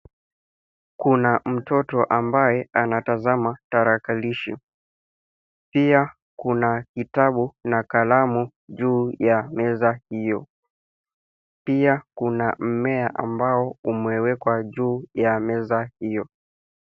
Kuna mtoto ambaye anatazama talakilishe. Pia kuna kitabu na kalamu juu ya meza hiyo. Pia kuna mmea ambao umewekwa juu ya meza hiyo.